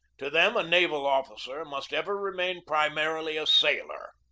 to them a naval officer must ever remain primarily a sailor.